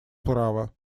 права